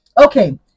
okay